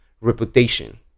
reputation